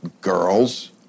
girls